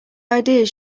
ideas